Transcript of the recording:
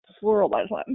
pluralism